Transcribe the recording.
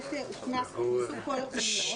הוכנסו כל הפנימיות,